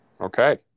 Okay